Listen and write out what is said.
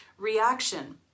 reaction